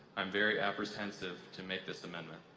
i'm very apprehensive to make this amendment.